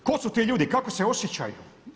Tko su ti ljudi, kako se osjećaju?